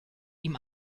ihm